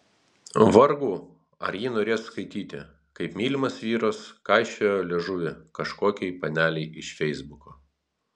vargu ar ji norės skaityti kaip mylimas vyras kaišiojo liežuvį kažkokiai panelei iš feisbuko